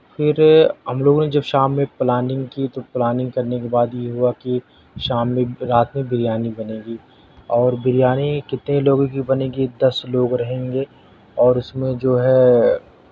پھر ہم لوگوں نے جب شام میں پلاننگ کی تو پلاننگ کرنے کے بعد یہ ہوا کہ شام میں رات میں بریانی بنے گی اور بریانی کتنے لوگوں کی بنے گی دس لوگ رہیں گے اور اس میں جو ہے